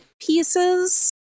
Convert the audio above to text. pieces